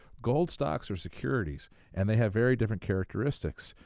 gold stocks are securities and they have very different characteristics.